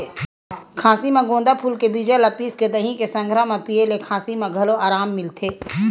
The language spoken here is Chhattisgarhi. खाँसी म गोंदा फूल के बीजा ल पिसके दही के संघरा म पिए ले खाँसी म घलो अराम मिलथे